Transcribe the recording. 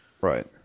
Right